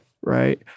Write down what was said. Right